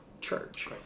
Church